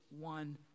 one